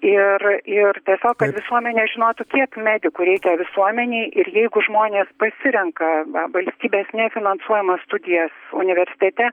ir ir tiesiog kad visuomenė žinotų kiek medikų reikia visuomenei ir jeigu žmonės pasirenka valstybės nefinansuojamas studijas universitete